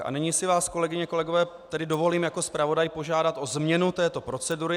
A nyní si vás, kolegyně a kolegové, dovolím jako zpravodaj požádat o změnu této procedury.